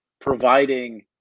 providing